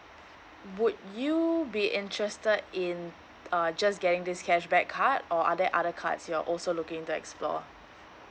would you be interested in uh just getting this cashback card or are there other cards you're also looking to explore